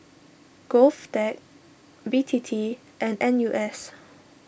Govtech B T T and N U S